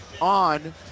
on